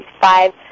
five